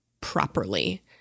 properly